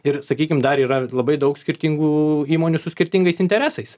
ir sakykime dar yra labai daug skirtingų įmonių su skirtingais interesais